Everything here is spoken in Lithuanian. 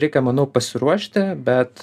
reikia manau pasiruošti bet